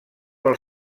pel